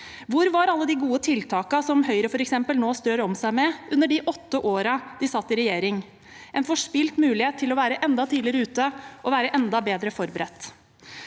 Hvor var alle de gode tiltakene som Høyre f.eks. nå strør om seg med, under de åtte årene de satt i regjering – en forspilt mulighet til å være enda tidligere ute og være enda bedre forberedt?